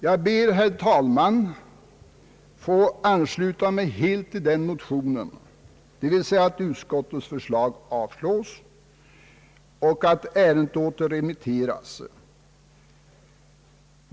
Jag ber, herr talman, att få ansluta mig helt till detta motionsyrkande, som alltså innebär att utskottets förslag avslås och att ärendet återremitteras.